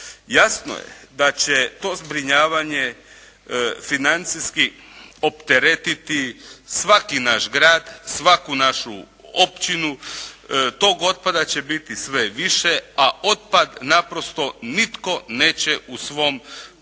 Jasno je da će to zbrinjavanje financijski opteretiti svaki naš grad, svaku našu općinu, tog otpada će biti sve više, a otpad naprosto nitko neće u svom dvorištu.